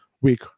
week